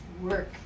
work